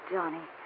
Johnny